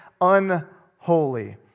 unholy